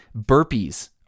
burpees